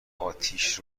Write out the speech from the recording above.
اتیش